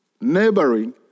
neighboring